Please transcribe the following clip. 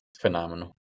phenomenal